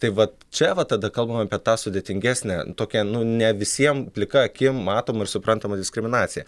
tai va čia va tada kalbam apie tą sudėtingesnę tokią nu ne visiem plika akim matomą ir suprantamą diskriminaciją